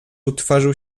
utworzył